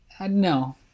No